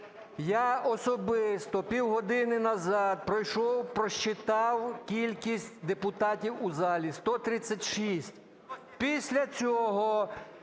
Я особисто півгодини назад пройшов, просчитал кількість депутатів у залі – 136. Після цього,